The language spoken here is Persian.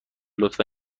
لطفا